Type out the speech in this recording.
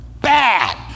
Bad